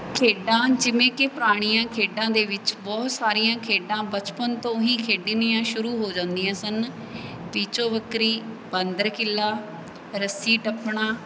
ਖੇਡਾਂ ਜਿਵੇਂ ਕਿ ਪੁਰਾਣੀਆਂ ਖੇਡਾਂ ਦੇ ਵਿੱਚ ਬਹੁਤ ਸਾਰੀਆਂ ਖੇਡਾਂ ਬਚਪਨ ਤੋਂ ਹੀ ਖੇਡਣੀਆਂ ਸ਼ੁਰੂ ਹੋ ਜਾਂਦੀਆਂ ਸਨ ਪੀਚੋ ਬੱਕਰੀ ਬਾਂਦਰ ਕਿੱਲਾ ਰੱਸੀ ਟੱਪਣਾ